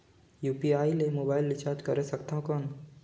UPI ले mobile recharge करे सकथन कौन?